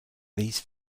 these